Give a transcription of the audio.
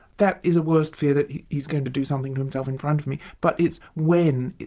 that is a worse fear that he's going to do something to himself in front of me. but it's when,